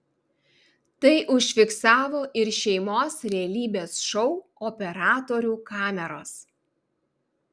tai užfiksavo ir šeimos realybės šou operatorių kameros